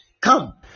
Come